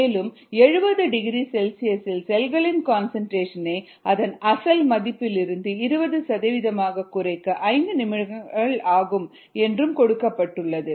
மேலும் 70 டிகிரி செல்சியஸில் செல்களின் கான்சன்ட்ரேசன்ஐ அதன் அசல் மதிப்பில் இருந்து 20 சதவீதமாகக் குறைக்க 5 நிமிடங்கள் ஆகும் என்றும் கொடுக்கப்பட்டுள்ளது